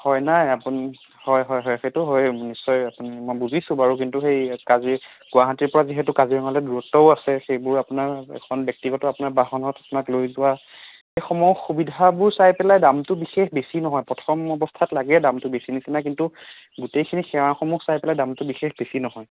হয় নাই আপুনি হয় হয় হয় সেইটো হয়েই নিশ্চয় আপুনি মই বুজিছোঁ বাৰু কিন্তু সেই কাজি গুৱাহাটীৰ পৰা যিহেতু কাজিৰঙালে দূৰত্বও আছে সেইবোৰ আপোনাৰ এখন ব্যক্তিগত আপোনাৰ বাহনত আপোনাক লৈ যোৱা এইসমুহ সুবিধাবোৰ চাই পেলাই দামটো বিশেষ বেছি নহয় প্ৰথম অৱস্থাত লাগে দামটো বেছি নিচিনা কিন্তু গোটেইখিনি সেৱাসমূহ চাই পেলাই দামটো বিশেষ বেছি নহয়